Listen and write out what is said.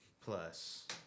plus